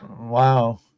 Wow